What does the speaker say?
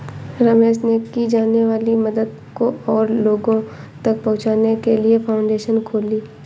रमेश ने की जाने वाली मदद को और लोगो तक पहुचाने के लिए फाउंडेशन खोली